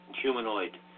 humanoid